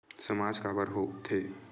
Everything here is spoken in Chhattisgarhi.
सामाज काबर हो थे?